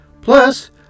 Plus